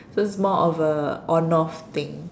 so it's more of a on off thing